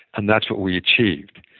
and that's what we achieved.